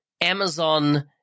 Amazon